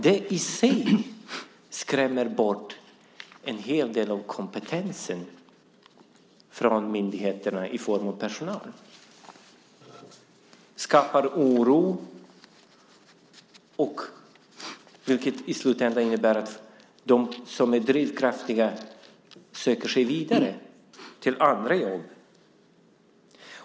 Detta i sig skrämmer bort en hel del av kompetensen i form av personal från myndigheterna. Det skapar oro. I slutändan innebär det här att de som är handlingskraftiga söker sig vidare till andra jobb.